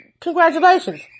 Congratulations